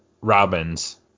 Robin's